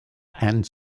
and